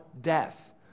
death